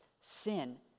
sin